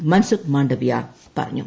മൻസുഖ് മാണ്ഡവ്യ പറഞ്ഞു